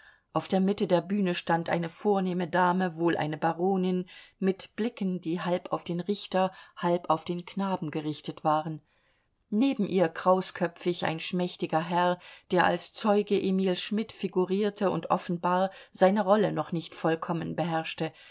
auf der mitte der bühne stand eine vornehme dame wohl eine baronin mit blicken die halb auf den richter halb auf den knaben gerichtet waren neben ihr krausköpfig ein schmächtiger herr der als zeuge emil schmidt figurierte und offenbar seine rolle noch nicht vollkommen beherrschte